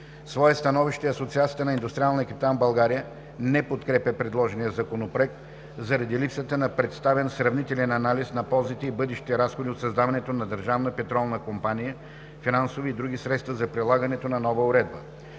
своето становище Асоциацията на индустриалния капитал в България не подкрепя предложения законопроект заради липсата на представен сравнителен анализ на ползите и бъдещите разходи от създаването на „Държавна петролна компания“ – финансови и други средства, за прилагането на нова уредба.